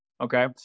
okay